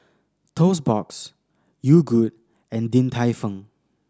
Toast Box Yogood and Din Tai Fung